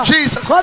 Jesus